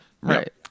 right